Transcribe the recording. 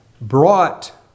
brought